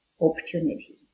opportunity